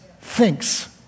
thinks